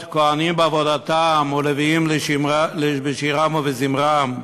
כוהנים בעבודתם ולוויים בשירם ובזמרם?